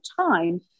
time